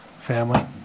family